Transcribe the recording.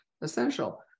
essential